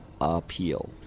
Appeal